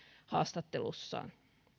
haastattelussaan